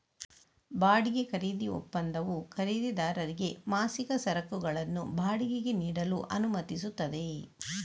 ಬಾಡಿಗೆ ಖರೀದಿ ಒಪ್ಪಂದವು ಖರೀದಿದಾರರಿಗೆ ಮಾಸಿಕ ಸರಕುಗಳನ್ನು ಬಾಡಿಗೆಗೆ ನೀಡಲು ಅನುಮತಿಸುತ್ತದೆ